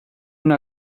una